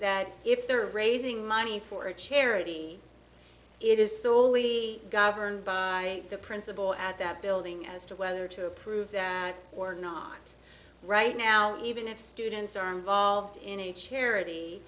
that if they're raising money for charity it is solely governed by the principal at that building as to whether to approve or not right now even if students are involved in a charity